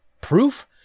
proof